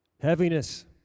Heaviness